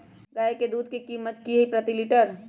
गाय के दूध के कीमत की हई प्रति लिटर?